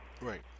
Right